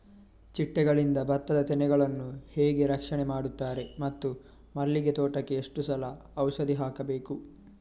ಚಿಟ್ಟೆಗಳಿಂದ ಭತ್ತದ ತೆನೆಗಳನ್ನು ಹೇಗೆ ರಕ್ಷಣೆ ಮಾಡುತ್ತಾರೆ ಮತ್ತು ಮಲ್ಲಿಗೆ ತೋಟಕ್ಕೆ ಎಷ್ಟು ಸಲ ಔಷಧಿ ಹಾಕಬೇಕು?